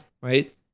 right